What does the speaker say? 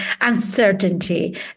uncertainty